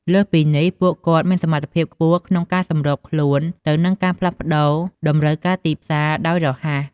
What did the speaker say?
លើសពីនេះ ពួកគាត់មានសមត្ថភាពខ្ពស់ក្នុងការ សម្របខ្លួនទៅនឹងការផ្លាស់ប្តូរតម្រូវការទីផ្សារ ដោយរហ័ស។